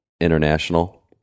international